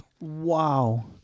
Wow